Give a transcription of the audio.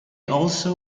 also